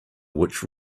which